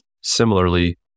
similarly